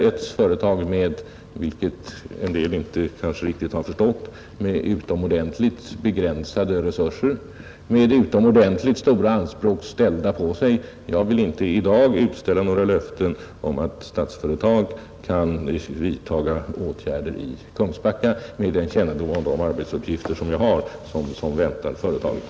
Statsföretag AB är — vilket en del kanske inte riktigt har förstått — ett företag med utomordentligt begränsade resurser och med utomordentligt stora anspråk ställda på sig. Jag vill inte i dag ge några löften om att Statsföretag AB kan vidta åtgärder i Kungsbacka, med den kännedom jag har om de arbetsuppgifter som väntar företaget.